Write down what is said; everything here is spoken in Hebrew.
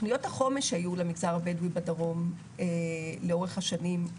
בתוכניות החומש היו למגזר הבדואי בדרום לאורך השנים,